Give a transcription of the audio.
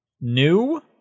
new